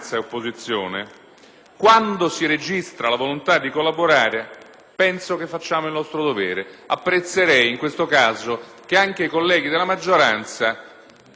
quando si registra la volontà di collaborare penso che facciamo il nostro dovere. Apprezzerei in questo caso che anche i colleghi della maggioranza e il Governo